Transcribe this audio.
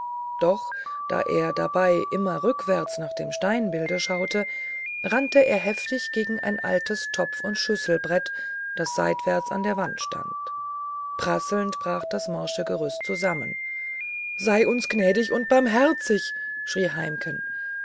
doch da er dabei immer rückwärts nach dem steinbilde schauete rannte er heftig gegen ein altes topf und schüsselbrett das seitwärts an der wand stand prasselnd brach das morsche gerüst zusammen sei uns gnädig und barmherzig schrie heimken